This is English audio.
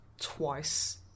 twice